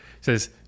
says